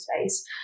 space